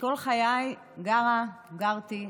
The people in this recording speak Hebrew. כל חיי גרה, גרתי,